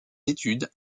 études